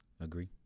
Agree